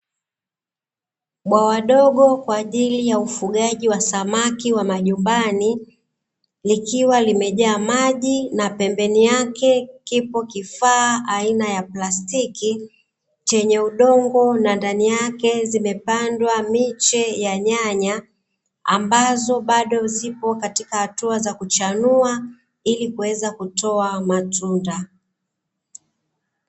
Bwawa dogo kwa ajili ya ufugaji wa samaki wa majumbani, likiwa limejaa maji na pembeni yake kipo kifaa aina ya plastiki chenye udongo na ndani yake zimepandwa miche ya nyanya ambazo bado zipo katika hatua za kuchanua ili kuweza kutoa matunda.